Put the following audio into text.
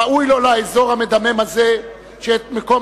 ראוי לו לאזור המדמם הזה שאת מקום